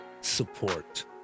support